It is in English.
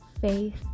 faith